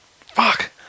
fuck